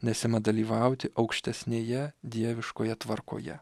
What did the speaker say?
nes ima dalyvauti aukštesnėje dieviškoje tvarkoje